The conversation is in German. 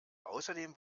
außerdem